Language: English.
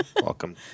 Welcome